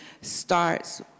starts